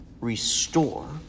restore